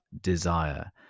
desire